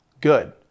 good